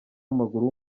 w’amaguru